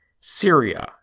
Syria